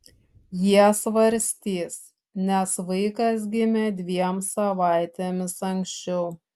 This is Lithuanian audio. jie svarstys nes vaikas gimė dviem savaitėmis anksčiau